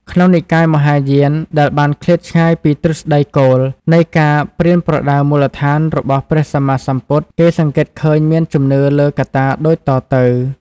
ក្នុងនិកាយមហាយាន ដែលបានឃ្លាតឆ្ងាយពីទ្រឹស្ដីគោលនៃការប្រៀនប្រដៅមូលដ្ឋានរបស់ព្រះសម្មាសម្ពុទ្ធ គេសង្កេតឃើញមានជំនឿលើកត្តាដូចតទៅ៖